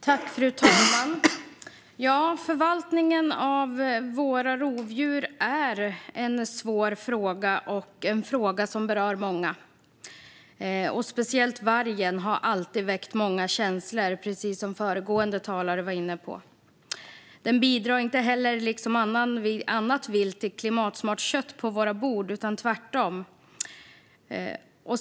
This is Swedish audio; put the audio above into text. Fru talman! Förvaltningen av våra rovdjur är en svår fråga som berör många. Speciellt vargen har alltid väckt mycket känslor, som föregående talare var inne på. Vargen bidrar inte heller liksom annat vilt till klimatsmart kött på våra bord, utan tvärtom.